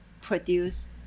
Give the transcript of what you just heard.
produce